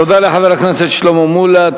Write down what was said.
תודה לחבר הכנסת שלמה מולה.